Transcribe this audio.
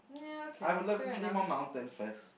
I would love to see more mountains first